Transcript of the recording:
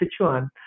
Sichuan